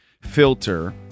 filter